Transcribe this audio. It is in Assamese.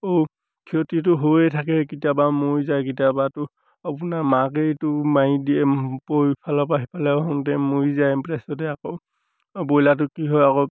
ক্ষতিটো হৈয়ে থাকে কেতিয়াবা মৰি যায় কেতিয়াবাতো আপোনাৰ মাকেইটো মাৰি দিয়ে পৰি ইফালৰপৰা সিফালে হওঁতে মৰি যায় তাৰপিছতে আকৌ ব্ৰইলাৰটো কি হয় আকৌ